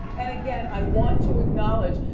and again i want to acknowledge,